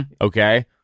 Okay